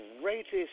Greatest